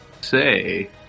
say